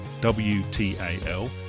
WTAL